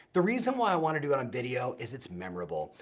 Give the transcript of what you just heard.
the reason why i wanna do it on video, is it's memorable.